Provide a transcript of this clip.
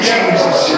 Jesus